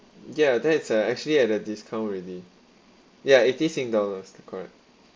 yeah that is uh actually at a discount already ya eighty sing dollars correct